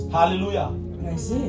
Hallelujah